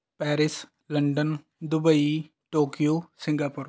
Paris London Dubai Tokyo Singapore